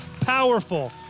powerful